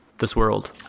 this world?